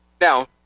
Now